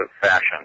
fashion